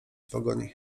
pogoni